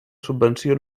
subvenció